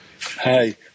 Hi